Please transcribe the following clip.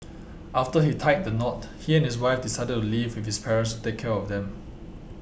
after he tied the knot he and his wife decided to live with his parents to take care of them